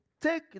Take